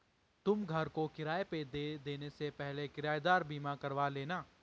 तुम घर को किराए पे देने से पहले किरायेदार बीमा करवा लेना